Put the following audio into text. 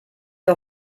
der